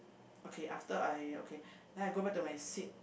okay after I okay then I go back to my seat